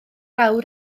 awr